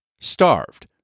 Starved